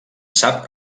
sap